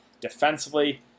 defensively